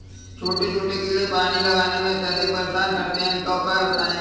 छोटे छोटे कीड़े पानी लगाने में अत्याधिक परेशान करते हैं इनका उपाय बताएं?